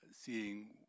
seeing